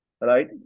right